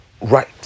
right